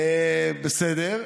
בסדר.